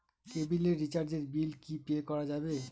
কেবিলের রিচার্জের বিল কি পে করা যাবে?